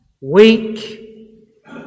weak